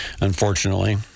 unfortunately